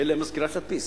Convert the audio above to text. כי אין להם מזכירה שתדפיס.